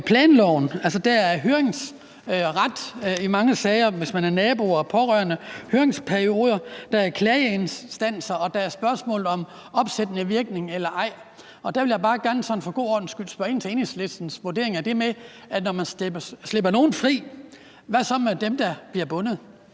planloven. Der er der høringsret i mange sager, hvis man er nabo og pårørende. Der er høringsperioder og klageinstanser, og der er spørgsmålet om opsættende virkning eller ej. Der vil jeg bare gerne sådan for en god ordens skyld spørge ind til Enhedslistens vurdering: Når man slipper nogen fri, hvad så med dem, der bliver bundet?